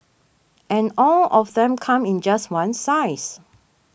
and all of them come in just one size